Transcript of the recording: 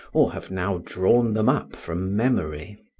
or have now drawn them up from memory.